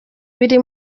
biri